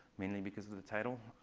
mainly because of the title,